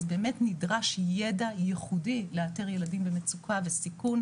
אז באמת נדרש ידע ייחודי לאתר ילדים במצוקה וסיכון,